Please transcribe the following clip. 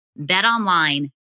BetOnline